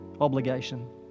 obligation